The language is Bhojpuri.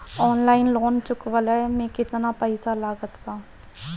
ऑनलाइन लोन चुकवले मे केतना पईसा लागत बा?